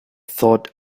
thought